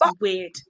weird